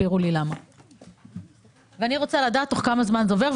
אני רוצה לדעת תוך כמה זה עובר.